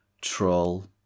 troll